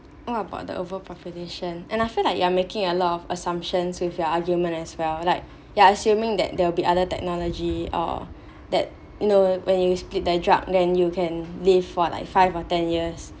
what about the overpopulation and I feel like you are making a lot of assumptions with your argument as well like you're assuming that there will be other technology or that you know when you split their drug then you can live for like five or ten years